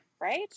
right